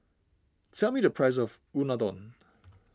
tell me the price of Unadon